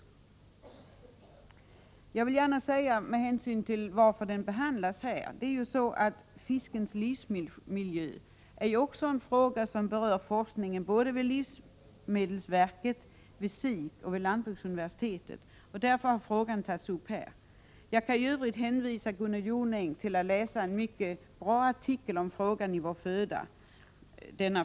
Jag vill gärna säga några ord om varför motionen behandlas här. Det är ju så att fiskens livsmiljö också är en fråga som berör forskningen både vid livsmedelsverket, vid SIK och vid lantbruksuniversitetet, och därför har frågan tagits upp i detta sammanhang. Jag kan i övrigt hänvisa Gunnel Jonäng till att läsa en mycket bra artikel i ämnet i Vår Föda.